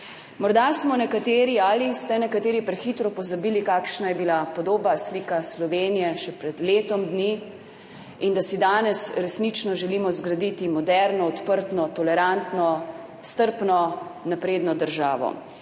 Morda smo nekateri ali ste nekateri prehitro pozabili, kakšna je bila podoba, slika Slovenije še pred letom dni in da si danes resnično želimo zgraditi moderno, odprto, tolerantno, strpno, napredno državo,